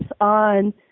on